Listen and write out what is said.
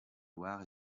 loire